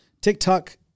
TikTok